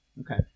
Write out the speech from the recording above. Okay